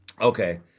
Okay